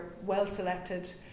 well-selected